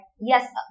yes